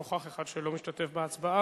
נוכח אחד שלא משתתף בהצבעה.